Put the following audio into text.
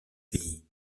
pays